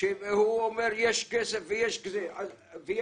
שהוא אומר יש כסף ויש ועדות.